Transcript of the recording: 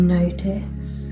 notice